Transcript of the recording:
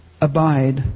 abide